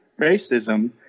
racism